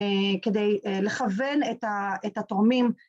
כדי לכוון את התורמים